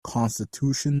constitution